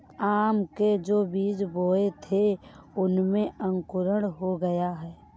आम के जो बीज बोए थे उनमें अंकुरण हो गया है